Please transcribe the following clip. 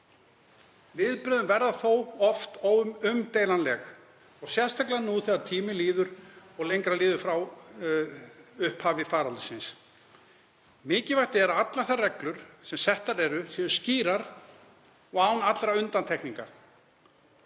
Viðbrögðin verða þó oft umdeilanleg og sérstaklega nú þegar tíminn líður og lengra líður frá upphafi faraldursins. Mikilvægt er að allar þær reglur sem settar eru séu skýrar og án allra undantekninga,